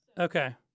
Okay